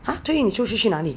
!huh! 推你出去去哪里